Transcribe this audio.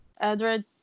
Edward